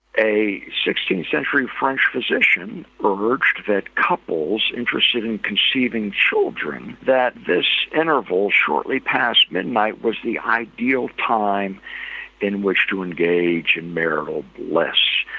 a sixteenth century french physician urged that couples interested in conceiving children, that this interval shortly past midnight was the ideal time in which to engage in marital bliss,